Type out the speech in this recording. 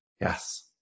Yes